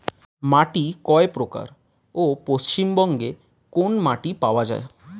মাটি কয় প্রকার ও পশ্চিমবঙ্গ কোন মাটি পাওয়া য়ায়?